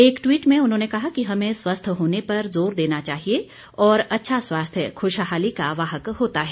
एक ट्वीट में उन्होंने कहा कि हमें स्वस्थ होने पर जोर देना चाहिए और अच्छा स्वास्थ्य खुशहाली का वाहक होता है